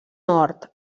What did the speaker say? hort